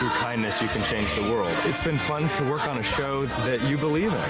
kindness you can change the world. it's been fun to work on a show that you believe in.